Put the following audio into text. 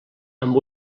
amb